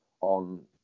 on